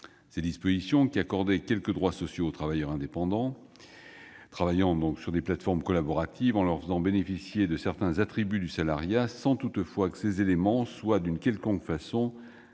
Ces dispositions, qui accordaient quelques droits sociaux aux travailleurs indépendants travaillant sur des plateformes collaboratives, en leur faisant bénéficier de certains attributs du salariat, sans toutefois que ces éléments soient, d'une quelconque façon, de nature